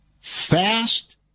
fast